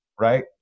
right